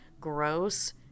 Gross